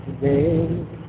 today